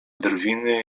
drwiny